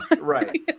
Right